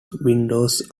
windows